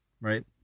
Right